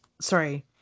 sorry